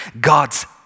God's